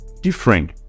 different